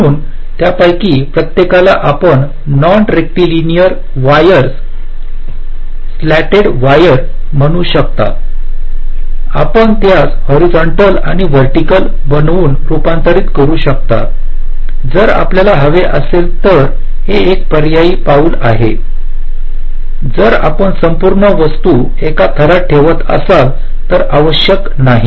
म्हणून यापैकी प्रत्येकाला आपण non rectilinear wires slanted wires म्हणू शकता आपण त्यास हॉरिझंटल आणि व्हर्टिकल बनवून रूपांतरित करू शकता जर आपल्याला हवे असेल तर हे एक पर्यायी पाऊल आहे जर आपण संपूर्ण वस्तू एका थरात ठेवत असाल तर आवश्यक नाही